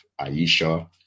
Aisha